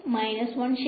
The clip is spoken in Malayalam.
മൈനസ് 1 ശരി